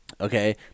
okay